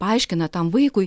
paaiškina tam vaikui